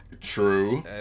True